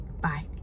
Bye